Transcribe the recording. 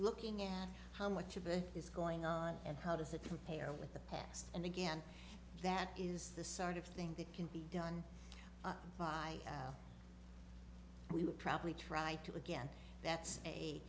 looking at how much of it is going on and how does it compare with the past and again that is the sort of thing that can be done by we would probably try to again that's a